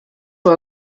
for